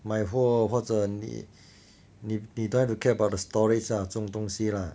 买货或者你你你 don't have to care about the storage ah 这种东西啦